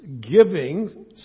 giving